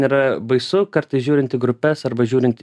yra baisu kartais žiūrint į grupes arba žiūrint